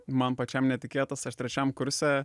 man pačiam netikėtas aš trečiam kurse